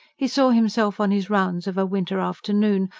he saw himself on his rounds of a winter's afternoon,